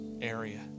area